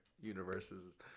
universes